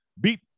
beat